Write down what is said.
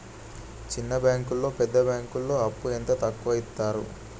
చిన్న బ్యాంకులలో పెద్ద బ్యాంకులో అప్పు ఎంత ఎక్కువ యిత్తరు?